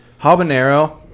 habanero